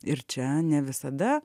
ir čia ne visada